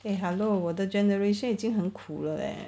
eh hello 我的 generation 已经很苦了